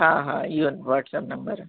हा हा इहो वॉट्सप नम्बर आहे